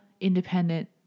independent